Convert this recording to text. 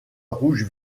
rouge